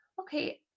okay